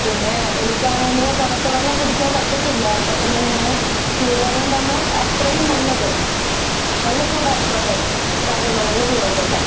പിന്നെ എനിക്കാണെങ്കിൽ തണുത്ത വെള്ളം കുടിക്കാന് പറ്റത്തില്ല അപ്പോൾത്തന്നെ നിങ്ങൾ ചൂടുവെള്ളം തന്നാല് അത്രയും നല്ലത് നല്ല ചൂടായിക്കോട്ടേ സാരമില്ല നല്ല ചൂടായിക്കൊട്ടേ